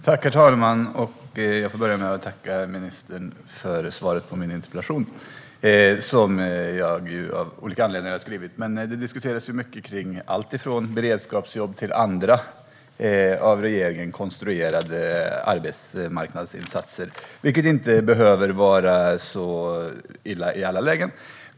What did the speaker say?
Herr talman! Jag tackar ministern för svaret på min interpellation, som jag av olika anledningar har skrivit. Det diskuteras mycket om alltifrån beredskapsjobb till andra av regeringen konstruerade arbetsmarknadsinsatser, vilket inte behöver vara så illa i alla lägen.